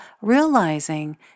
realizing